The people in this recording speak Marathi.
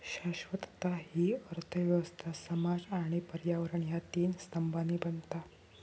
शाश्वतता हि अर्थ व्यवस्था, समाज आणि पर्यावरण ह्या तीन स्तंभांनी बनता